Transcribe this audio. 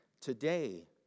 Today